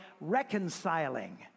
reconciling